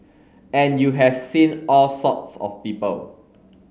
and you have seen all sorts of people